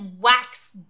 wax